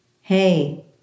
hey